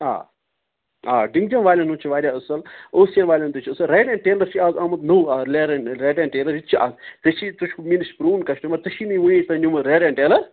آ آ ڈیگچَن والیٚن ہُنٛد چھِ واریاہ اَصٕل او سی ایٚن والیٚن تہِ چھِ ریڈ ایٚنٛڈ ٹیلٕز چھی آز آمُت نوٚو لیر ریڈ ایٚنٛڈ ٹیلَر یِتہِ چھِ اَکھ ژےٚ چھِ ژٕ چھُکھ مےٚ نِش پرون کَسٹَمَر ژےٚ چھی نہ یہِ ؤنیُک تام نیُمت ریڈ ایٚنٛڈ ٹیلَر